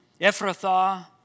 Ephrathah